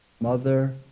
Mother